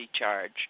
charge